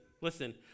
listen